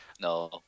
no